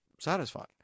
satisfying